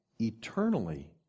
eternally